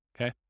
okay